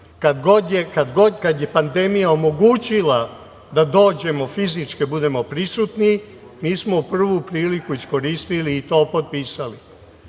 je pandemija omogućila da dođemo, da fizički budemo prisutni, mi smo prvu priliku iskoristili i to potpisali.